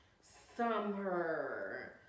summer